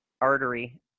Artery